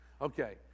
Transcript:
Okay